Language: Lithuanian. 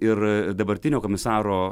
ir dabartinio komisaro